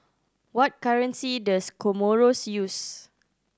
what currency does Comoros use